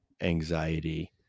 anxiety